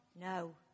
no